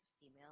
female